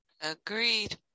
Agreed